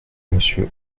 monsieur